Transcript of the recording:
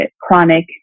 chronic